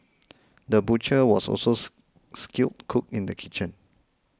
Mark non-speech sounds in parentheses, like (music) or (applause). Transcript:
the butcher was also (noise) skilled cook in the kitchen